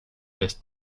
des